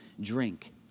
drink